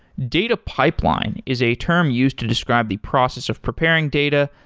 data pipeline is a term used to describe the process of preparing data,